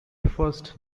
first